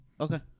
okay